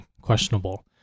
Questionable